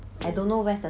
mm